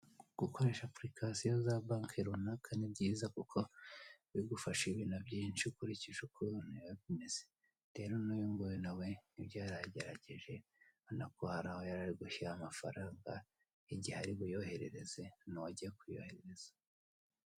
Gukoresha apurikasiyo za banke runaka ni byiza kuko bigufasha ibintu byinshi ukurikije uko ibintu bimeze. Rero n'uyu nguyu na we nibyo yaragerageje, urabona ko hari aho yarari gushyira amafaranga n'igihe ari buyoherereze, nuwo agiye kuyoherereza.